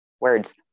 words